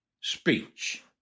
Speech